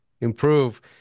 improve